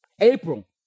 April